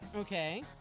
Okay